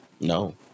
No